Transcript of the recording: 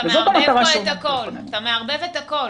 אתה מערבב פה את הכל.